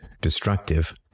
destructive